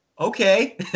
Okay